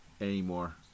anymore